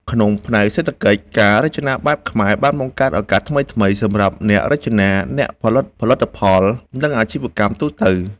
ក្នុងផ្នែកសេដ្ឋកិច្ច ការរចនាបែបខ្មែរបានបង្កើតឱកាសថ្មីៗសម្រាប់អ្នករចនា អ្នកផលិតផលិតផល និងអាជីវកម្មទូទៅ។